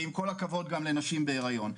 ועם כל הכבוד גם לנשים בהיריון,